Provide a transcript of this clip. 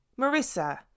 Marissa